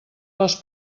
les